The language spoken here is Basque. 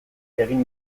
egin